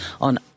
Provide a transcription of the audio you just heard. on